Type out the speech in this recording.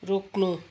रोक्नु